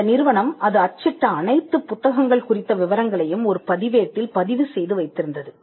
இந்த நிறுவனம் அது அச்சிட்ட அனைத்துப் புத்தகங்கள் குறித்த விவரங்களையும் ஒரு பதிவேட்டில் பதிவு செய்து வைத்திருந்தது